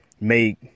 make